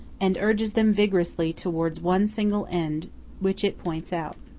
and urges them vigorously towards one single end which it points out.